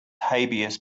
habeas